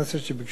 בצדק,